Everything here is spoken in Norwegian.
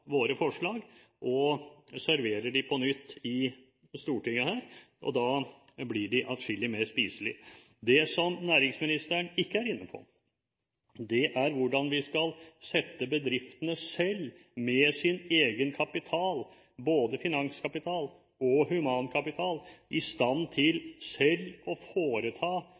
våre forslag og serverer dem på nytt her i Stortinget, og da blir de atskillig mer spiselige. Det som næringsministeren ikke er inne på, er hvordan vi skal sette bedriftene selv, med sin egen kapital, både finanskapital og humankapital, i stand til å foreta